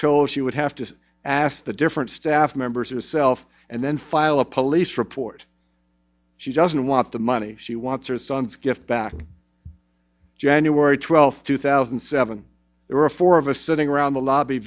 she would have to ask the different staff members yourself and then file a police report she doesn't want the money she wants her son's gift back january twelfth two thousand and seven there were four of us sitting around the lobby